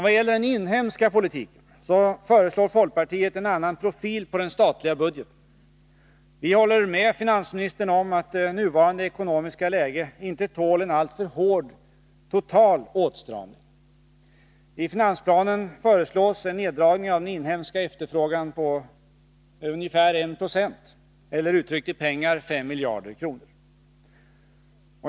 Vad gäller den inhemska politiken föreslår folkpartiet en annan profil på den statliga budgeten. Vi håller med finansministern om att nuvarande ekonomiska läge inte tål en alltför hård total åtstramning. I finansplanen föreslås en neddragning av den inhemska efterfrågan med ungefär 1 90 eller, uttryckt i pengar, 5 miljarder kronor.